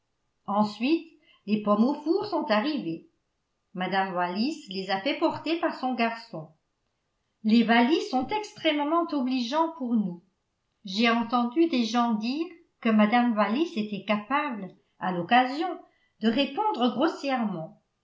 ensuite les pommes au four sont arrivées mme wallis les a fait porter par son garçon les wallis sont extrêmement obligeants pour nous j'ai entendu des gens dire que mme wallis était capable à l'occasion de répondre grossièrement